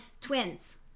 Twins